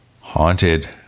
Haunted